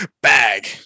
bag